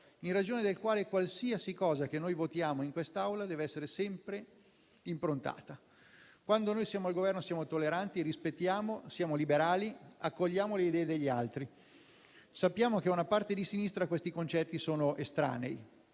fondamentale cui qualsiasi cosa votiamo in quest'Aula dev'essere sempre improntata. Quando siamo al Governo, siamo tolleranti e rispettiamo, siamo liberali e accogliamo le idee degli altri. Sappiamo che a una parte di sinistra questi concetti sono estranei: